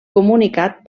comunicat